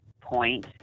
point